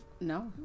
No